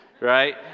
Right